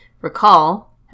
recall